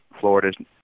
Florida's